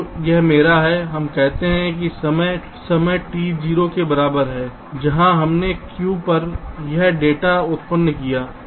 तो यह मेरा है हम कहते हैं कि समय t 0 के बराबर यह मेरा समय t 0 के बराबर है जहां हमने Q पर यह डेटा उत्पन्न किया है